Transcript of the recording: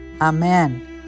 Amen